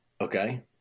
Okay